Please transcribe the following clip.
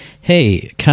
hey